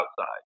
outside